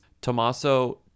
Tommaso